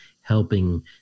helping